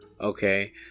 okay